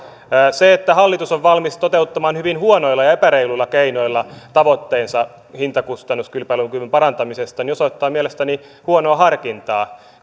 se että hallitus on valmis toteuttamaan hyvin huonoilla ja epäreiluilla keinoilla tavoitteensa hintakustannuskilpailukyvyn parantamisesta osoittaa mielestäni huonoa harkintaa